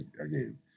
again